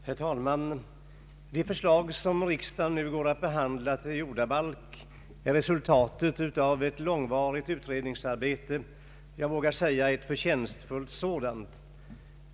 Herr talman! Det förslag till jordabalk som riksdagen nu behandlar är resultatet av ett långvarigt utredningsarbete — jag vågar säga ett förtjänstfullt sådant.